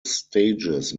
stages